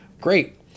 Great